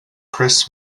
kris